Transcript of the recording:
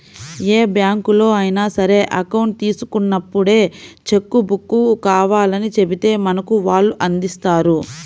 ఏ బ్యాంకులో అయినా సరే అకౌంట్ తీసుకున్నప్పుడే చెక్కు బుక్కు కావాలని చెబితే మనకు వాళ్ళు అందిస్తారు